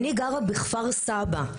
אני גרה בכפר סבא,